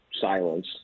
silence